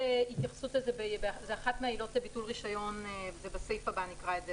לזה התייחסות באחת מהעילות לביטול רישיון שנקרא עליו בסעיף הבא,